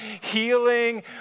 healing